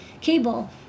cable